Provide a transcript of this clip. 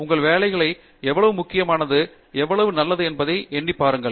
உங்கள் வேலை எவ்வளவு முக்கியமானது எவ்வளவு நல்லது என்பதை எண்ணிப்பாருங்கள்